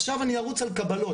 עכשיו אני ארוץ על קבלות,